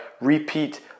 repeat